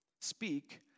Speak